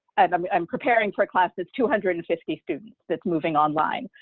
and i'm i'm preparing for classes two hundred and fifty students that's moving online,